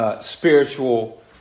spiritual